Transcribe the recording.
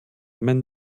meinen